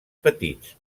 petits